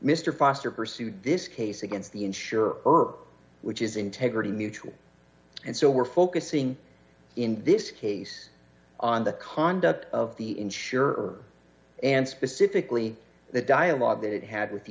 mr foster pursued this case against the insurer irq which is integrity mutual and so we're focusing in this case on the conduct of the insurer and specifically the dialogue that it had with the